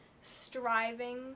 striving